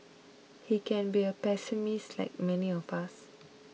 he can be a pessimist like many of us